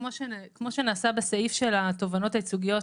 כמו שנעשה בסעיף של התובענות הייצוגיות,